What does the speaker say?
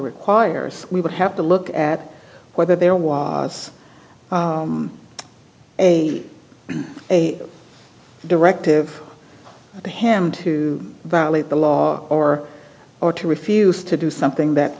requires we would have to look at whether there was a directive to him to violate the law or or to refuse to do something that